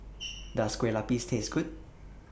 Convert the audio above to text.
Does Kue Lupis Taste Good